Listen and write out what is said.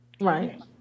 Right